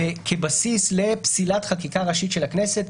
וכבסיס לפסילת חקיקה ראשית של הכנסת,